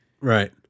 right